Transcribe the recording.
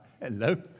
hello